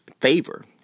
favor